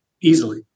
easily